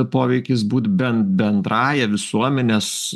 poveikis būt ben bendrąja visuomenės